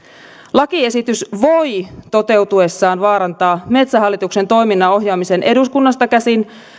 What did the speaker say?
lakiesitys voi toteutuessaan vaarantaa metsähallituksen toiminnan ohjaamisen eduskunnasta käsin